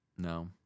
No